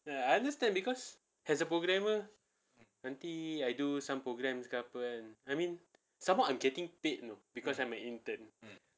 then ya I understand because as a programmer nanti I do some programs ke apa and I mean some more I'm getting paid know because I'm an intern